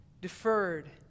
deferred